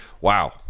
Wow